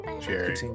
Jerry